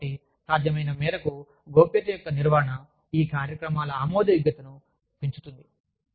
కాబట్టి సాధ్యమైన మేరకు గోప్యత యొక్క నిర్వహణ ఈ కార్యక్రమాల ఆమోదయోగ్యతను పెంచుతుంది